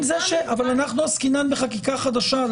עסקינן בחקיקה חדשה.